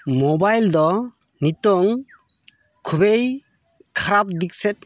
mobile ᱫᱚ ᱱᱤᱛᱚᱝ ᱠᱷᱩᱵᱮᱭ ᱠᱷᱟᱨᱟᱯ ᱫᱤᱠ ᱥᱮᱫ